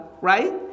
right